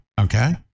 okay